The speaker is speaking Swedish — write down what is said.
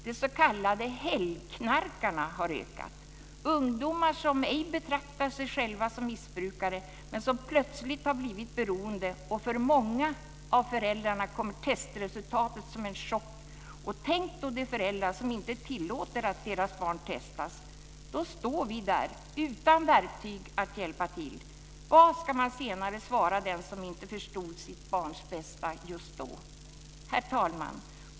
De s.k. helgknarkarna har ökat - ungdomar som ej betraktar sig själva som missbrukare men som plötsligt har blivit beroende. För många av föräldrarna kommer testresultatet som en chock. Tänk då de föräldrar som inte tillåter att deras barn testas! Då står vi där utan verktyg att hjälpa till. Vad ska man senare svara den som inte förstod sitt barns bästa just då? Herr talman!